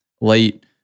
late